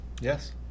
Yes